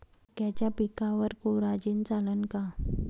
मक्याच्या पिकावर कोराजेन चालन का?